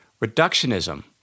reductionism